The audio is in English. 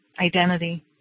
identity